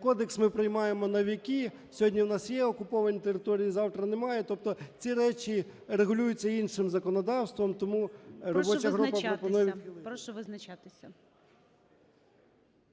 кодекс ми приймаємо на віки. Сьогодні в нас є окуповані території, завтра – немає, тобто ці речі регулюються іншим законодавством, тому робоча група пропонує відхилити. ГОЛОВУЮЧИЙ. Прошу визначатися.